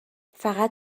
فقط